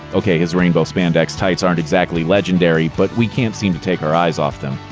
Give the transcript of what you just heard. okay, his rainbow spandex tights aren't exactly legendary, but we can't seem to take our eyes off them.